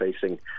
facing